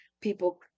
people